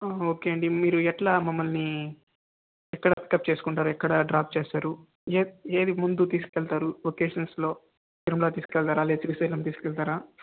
okay అండి మీరు ఎలా మమ్మల్ని ఎక్కడ పికప్ చేసుకుంటారు ఎక్కడ డ్రాప్ చేస్తారు ఏ ఏది ముందు తీసుకుని వెళ్తారు లొకేషన్స్లో తిరుమల తీసుకెళ్తారా లేకపోతే శ్రీశైలం తీసుకెళ్తారా